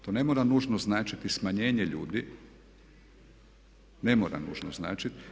To ne mora nužno značiti smanjenje ljudi, ne mora nužno značiti.